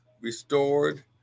restored